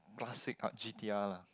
classic art G_T_R lah